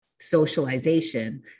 socialization